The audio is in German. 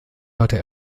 hörte